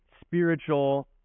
spiritual